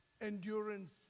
endurance